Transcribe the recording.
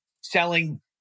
selling